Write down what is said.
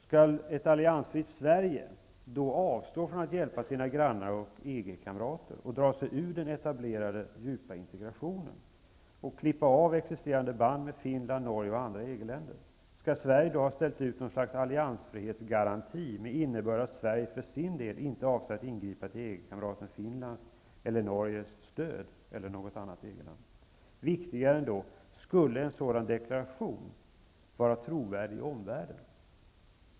Skall ett alliansfritt Sverige då avstå från att hjälpa sina grannar och EG-kamrater, dra sig ur den etablerade djupa integrationen och klippa av existerande band med Finland, Norge och andra EG-länder? Skall Sverige ha ställt ut något slags alliansfrihetsgaranti, med innebörden att Sverige för sin del inte avser att ingripa till EG-kamraten Finlands eller Norges eller något annat EG-lands stöd? Viktigare ändå, skulle en sådan deklaration vara trovärdig i omvärlden?